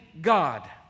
God